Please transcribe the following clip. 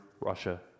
Russia